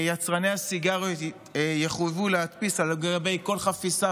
יצרני הסיגריות יחויבו להדפיס על גבי כל חפיסה